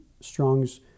Strong's